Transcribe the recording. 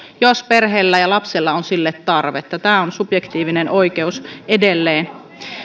jos perheellä ja lapsella on sille tarvetta tämä on subjektiivinen oikeus edelleen